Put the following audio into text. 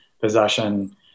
possession